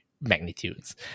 magnitudes